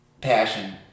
passion